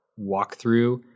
walkthrough